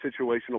situational